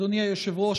אדוני היושב-ראש,